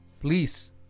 please